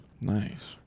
Nice